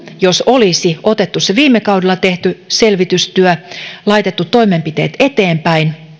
jos olisi otettu se viime kaudella tehty selvitystyö laitettu toimenpiteet eteenpäin